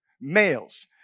males